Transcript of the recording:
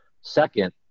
Second